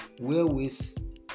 wherewith